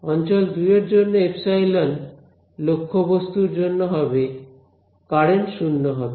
অঞ্চল 2 এর জন্য এপসাইলন লক্ষ্য বস্তুর জন্য হবে কারেন্ট শূন্য হবে